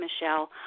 Michelle